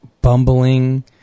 bumbling